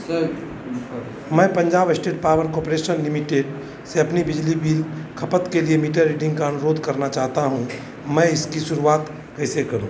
मैं Punjab state power corporation limited से अपनी बिजली खपत के लिए मीटर रीडिंग का अनुरोध करना चाहता हूँ मैं इसकी शुरुआत कैसे करूँ